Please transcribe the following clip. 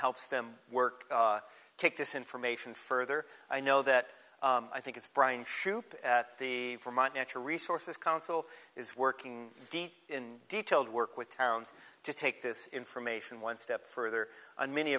helps them work take this information further i know that i think it's brian shoop at the vermont natural resources council is working in detailed work with towns to take this information one step further and many